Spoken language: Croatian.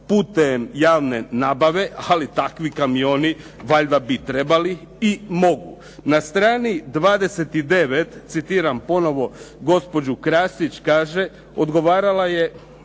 putem javne nabave, ali takvi kamioni valjda bi trebali i mogu. Na strani 29., citiram ponovo gospođu Krasić, kaže, odgovarala je